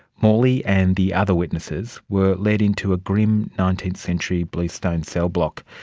morley and the other witnesses were led into a grim nineteenth century blue-stone cell block.